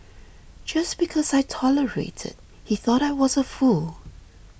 just because I tolerated he thought I was a fool